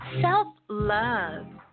self-love